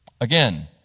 Again